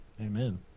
amen